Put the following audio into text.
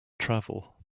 travel